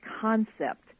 concept